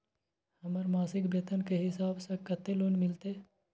हमर मासिक वेतन के हिसाब स कत्ते लोन मिलते?